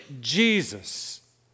Jesus